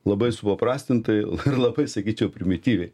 labai supaprastintai ir labai sakyčiau primityviai